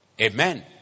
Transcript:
Amen